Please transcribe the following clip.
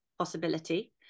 possibility